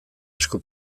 esku